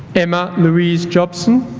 emma louise jobson